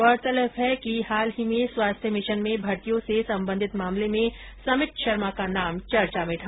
गौरतलब है कि हाल ही में स्वास्थ्य मिशन में भर्तियों से संबंधित मामले में समित शर्मा का नाम चर्चा में था